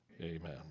Amen